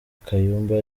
kayumba